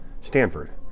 stanford